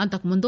అంతకుముందు